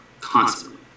constantly